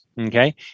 Okay